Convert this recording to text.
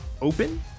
open